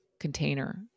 Container